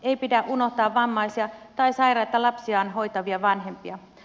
ei pidä unohtaa vammaisia tai sairaita lapsiaan hoitavia vanhempia